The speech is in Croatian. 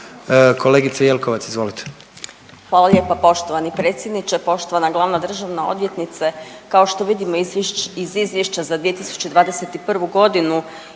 izvolite. **Jelkovac, Marija (HDZ)** Hvala lijepo poštovani predsjedniče. Poštovana glavna državna odvjetnice kao što vidimo iz izvješća za 2021. godinu